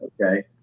Okay